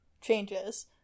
changes